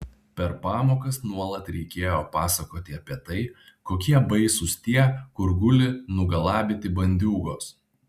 per pamokas nuolat reikėjo pasakoti apie tai kokie baisūs tie kur guli nugalabyti bandiūgos